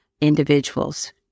individuals